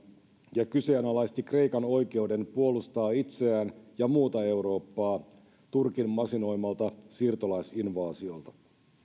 ja kyseenalaisti kreikan oikeuden puolustaa itseään ja muuta eurooppaa turkin masinoimalta siirtolaisinvaasiolta